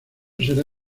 será